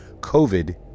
COVID